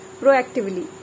proactively